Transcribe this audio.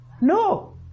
No